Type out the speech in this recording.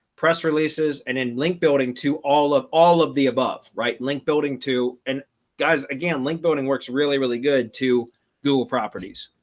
press releases and then link building to all of all of the above right link building to an guys again, link building works really, really good to google properties,